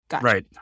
Right